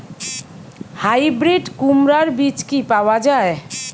Hybrid কুমড়ার বীজ কি পাওয়া য়ায়?